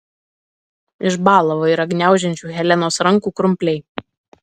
išbąla vairą gniaužiančių helenos rankų krumpliai